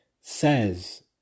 says